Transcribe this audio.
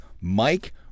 Mike